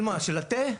של מה, של התה?